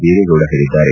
ದೇವೇಗೌಡ ಹೇಳಿದ್ದಾರೆ